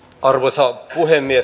arvoisa puhemies